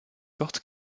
portes